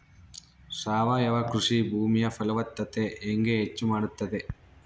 ಸಾವಯವ ಕೃಷಿ ಭೂಮಿಯ ಫಲವತ್ತತೆ ಹೆಂಗೆ ಹೆಚ್ಚು ಮಾಡುತ್ತದೆ?